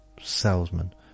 salesman